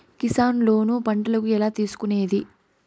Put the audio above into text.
Kisan loan పంటలకు ఎలా తీసుకొనేది?